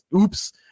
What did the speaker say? oops